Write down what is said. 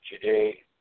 today